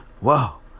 wow